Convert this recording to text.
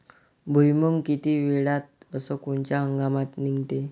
भुईमुंग किती वेळात अस कोनच्या हंगामात निगते?